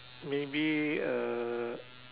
maybe a